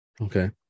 okay